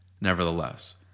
nevertheless